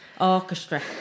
orchestra